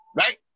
Right